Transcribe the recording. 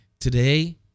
Today